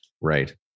Right